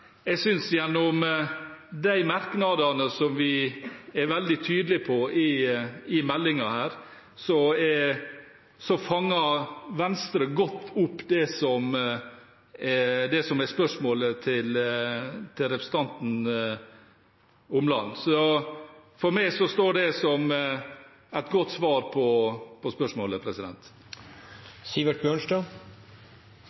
Jeg synes, gjennom de merknadene som vi er veldig tydelige på i innstillingen her, at Venstre fanger godt opp det som er spørsmålet til representanten Omland. For meg står det som et godt svar på spørsmålet.